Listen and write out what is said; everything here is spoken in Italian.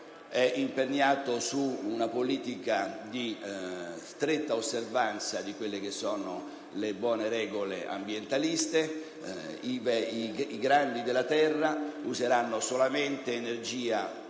è impegnato su una politica di stretta osservanza delle buone regole ambientaliste: i "grandi della terra" useranno solamente energia